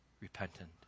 repentant